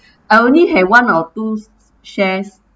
I only have one or two shares